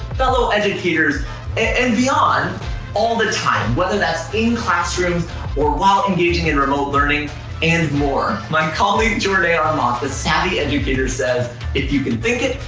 fellow educators and beyond all the time. whether that's in classroom or while engaging in remote learning and more. my colleague jornea um ah armant, the savvy educator, says if you can think it,